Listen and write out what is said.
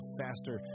faster